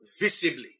visibly